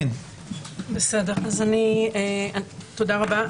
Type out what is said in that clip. תודה רבה,